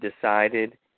decided